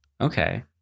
okay